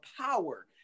power